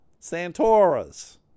Santora's